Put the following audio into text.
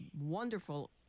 wonderful